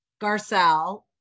garcelle